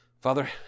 Father